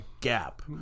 gap